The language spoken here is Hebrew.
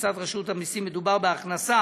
לתפיסת רשות המסים, מדובר בהכנסה